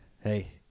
hey